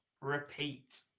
Repeat